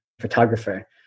photographer